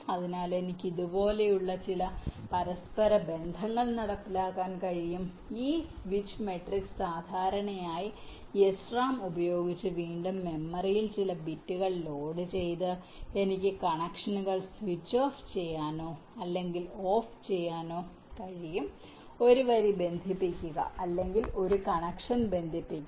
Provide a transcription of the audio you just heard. അതിനാൽ എനിക്ക് ഇതുപോലുള്ള ചില പരസ്പരബന്ധങ്ങൾ നടത്താൻ കഴിയും ഈ സ്വിച്ച് മാട്രിക്സ് സാധാരണയായി SRAM ഉപയോഗിച്ച് വീണ്ടും മെമ്മറിയിൽ ചില ബിറ്റുകൾ ലോഡുചെയ്ത് എനിക്ക് കണക്ഷനുകൾ സ്വിച്ച് ഓഫ് ചെയ്യാനോ അല്ലെങ്കിൽ ഓഫ് ചെയ്യാനോ കഴിയും ഒരു വരി ബന്ധിപ്പിക്കുക അല്ലെങ്കിൽ ഒരു കണക്ഷൻ ബന്ധിപ്പിക്കുക